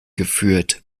geführt